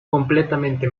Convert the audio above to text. completamente